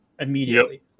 immediately